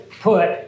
put